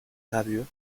gravures